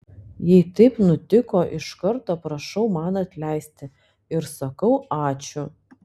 jei taip nutiko iš karto prašau man atleisti ir sakau ačiū